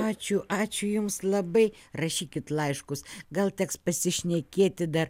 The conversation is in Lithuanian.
ačiū ačiū jums labai rašykit laiškus gal teks pasišnekėti dar